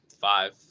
five